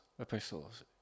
epistles